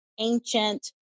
ancient